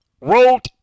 wrote